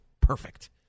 perfect